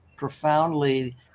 profoundly